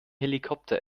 helikopter